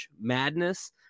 Madness